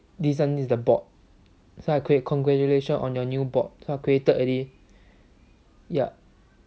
this one is the bot so I create congratulations on your new bot so I created already yup